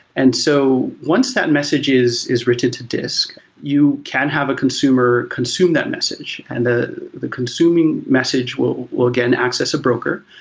and so once that message is is written to disk, you can have a consumer consume that message and the the consuming message will will again access a broker,